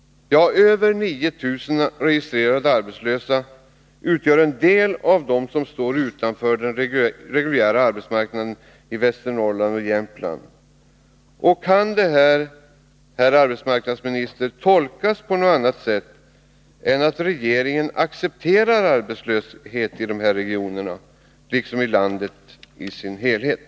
Över 9 000 registrerade arbetslösa utgör en del av dem som står utanför den reguljära arbetsmarknaden i Västernorrlands län och Jämtlands län. Kan detta, herr arbetsmarknadsminister, tolkas på annat sätt än att regeringen accepterar arbetslösheten i dessa regioner liksom i landet i dess helhet?